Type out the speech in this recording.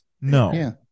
No